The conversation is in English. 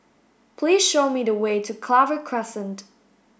please show me the way to Clover Crescent